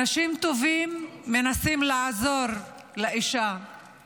אנשים טובים מנסים לעזור לאישה כדי